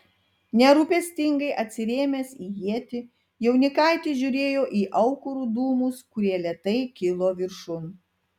nerūpestingai atsirėmęs į ietį jaunikaitis žiūrėjo į aukurų dūmus kurie lėtai kilo viršun